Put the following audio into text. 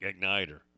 igniter